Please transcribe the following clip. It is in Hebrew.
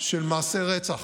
של מעשי רצח.